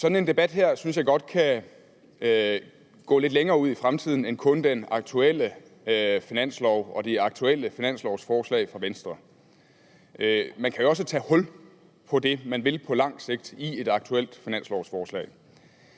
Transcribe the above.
sådan debat her godt kan gå lidt længere ud i fremtiden end kun den aktuelle finanslov og de aktuelle finanslovsforslag fra Venstre. Man kan jo også tage hul på det, man vil på lang sigt, i et aktuelt finanslovsforslag.